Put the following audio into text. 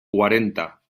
cuarenta